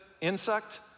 insect